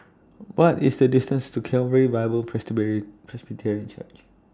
What IS The distance to Calvary Bible Presbyterian Church